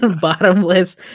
bottomless